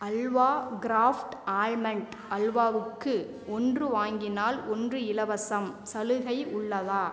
halwa Kraft almond அல்வாவுக்கு ஒன்று வாங்கினால் ஒன்று இலவசம் சலுகை உள்ளதா